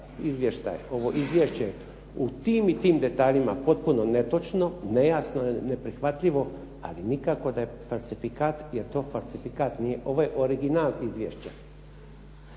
da je ovo izvješće u tim i tim detaljima potpuno netočno, nejasno je i neprihvatljivo ali nikako da je falsifikat jer to falsifikat nije, ovo je original izvješće.